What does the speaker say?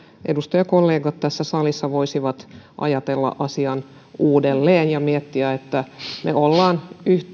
edustajakollegat tässä salissa voisivat ajatella asian uudelleen ja miettiä että me olemme